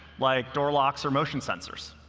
like door locks or motion sensors.